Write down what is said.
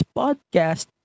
podcast